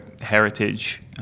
heritage